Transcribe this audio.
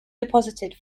deposited